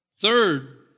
third